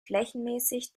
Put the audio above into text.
flächenmäßig